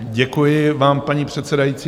Děkuji vám, paní předsedající.